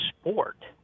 sport